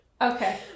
Okay